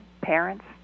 parents